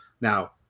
Now